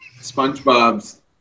SpongeBob's